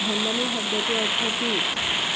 ভণ্ডামি শব্দটোৰ অৰ্থ কি